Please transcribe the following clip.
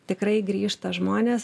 tikrai grįžta žmonės